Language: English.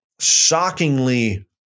shockingly